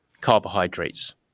carbohydrates